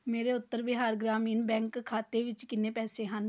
ਮੇਰੇ ਉੱਤਰ ਬਿਹਾਰ ਗ੍ਰਾਮੀਣ ਬੈਂਕ ਖਾਤੇ ਵਿੱਚ ਕਿੰਨੇ ਪੈਸੇ ਹਨ